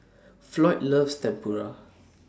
Floyd loves Tempura